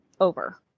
over